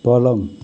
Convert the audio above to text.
पलङ